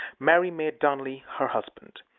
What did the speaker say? mary made darnley her husband.